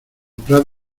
prat